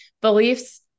beliefs